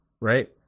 right